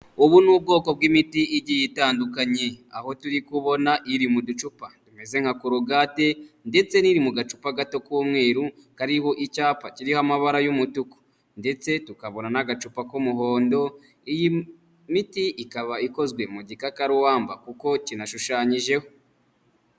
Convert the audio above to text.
Ubu ni ubwoko bw'imiti igiye itandukanye, aho turi kubona iri mu ducupa tumeze nka korogate ndetse n'iri mu gacupa gato k'umweru kariho icyapa kiriho amabara y'umutuku ndetse tukabona n'agacupa k'umuhondo. Iyi miti ikaba ikozwe mu gikakarubamba kuko kinashushanyijeho.